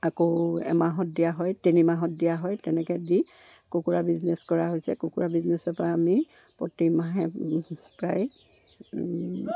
আকৌ এমাহত দিয়া হয় তিনিমাহত দিয়া হয় তেনেকৈ দি কুকুৰা বিজনেছ কৰা হৈছে কুকুৰা বিজনেচৰ পৰা আমি প্ৰতি মাহে প্ৰায়